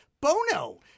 Bono